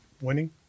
winning